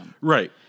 Right